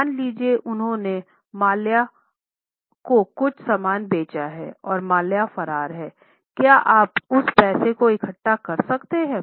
मान लीजिए उन्होंने माल्या को कुछ सामान बेचा है और माल्या फरार है क्या आप उस पैसे को इकट्ठा कर सकते हैं